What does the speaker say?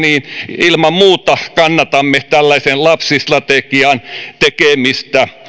ilman muuta kannatamme tällaisen lapsistrategian tekemistä